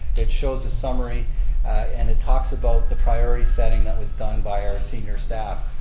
it shows a summary and it talks about the priority setting that was done by our senior staff.